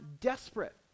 desperate